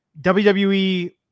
WWE